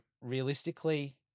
realistically